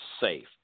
safe